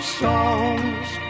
songs